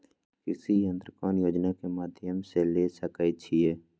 कृषि यंत्र कौन योजना के माध्यम से ले सकैछिए?